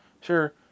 Sure